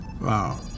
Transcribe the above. Wow